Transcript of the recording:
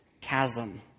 chasm